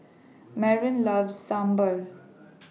Mervin loves Sambar